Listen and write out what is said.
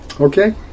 Okay